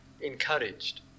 encouraged